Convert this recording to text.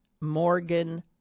Morgan